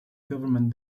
government